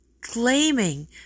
claiming